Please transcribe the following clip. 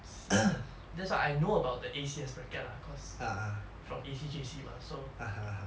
that's what I know about the A_C_S bracket lah cause from A_C J_C mah so